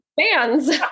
fans